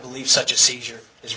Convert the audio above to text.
believe such a seizure is